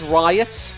riots